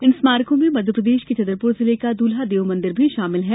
इन स्मारकों में मध्यप्रदेश के छतरपूर जिले का दुल्हादेव मंदिर भी शामिल है